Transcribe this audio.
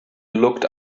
looked